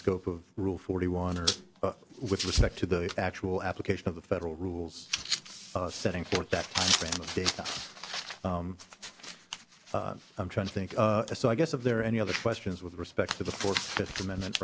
scope of rule forty one with respect to the actual application of the federal rules setting forth that i'm trying to think of so i guess of there are any other questions with respect to the fourth fifth amendment